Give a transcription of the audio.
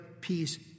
peace